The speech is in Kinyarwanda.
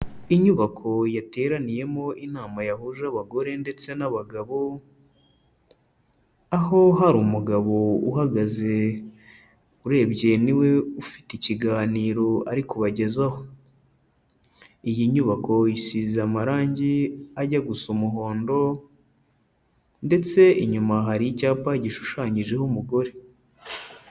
Inyubako yateraniyemo inama yahuje abagore ndetse n'abagabo, aho hari umugabo uhagaze urebye ni we ufite ikiganiro ari kubagezaho, iyi nyubako isize amarangi ajya gusa umuhondo ndetse inyuma hari icyapa gishushanyijeho umugore.